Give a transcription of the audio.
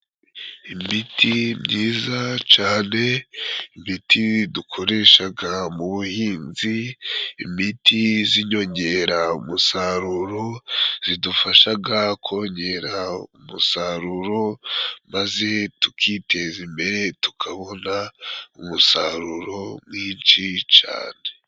Imiti myiza cane, imiti dukoreshaga mu buhinzi. Imiti z'inyongeramusaruro zidufashaga kongera umusaruro maze tukiteza imbere tukabona umusaruro mwinshi cane.